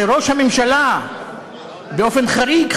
שראש הממשלה באופן חריג,